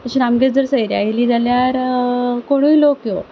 तशीच आमगेर जर सयरी आयलीं जाल्यार कोणय लोक येवं